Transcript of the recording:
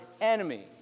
enemy